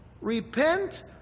Repent